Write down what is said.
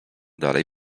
dalej